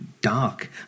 dark